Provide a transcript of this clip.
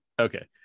Okay